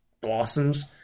blossoms